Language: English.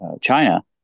China